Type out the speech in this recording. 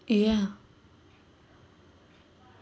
ya